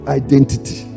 identity